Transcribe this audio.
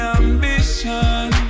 ambition